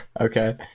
Okay